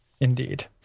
indeed